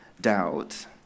doubt